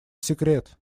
секрет